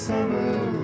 Summer